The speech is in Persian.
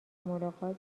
ملاقات